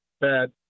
Bad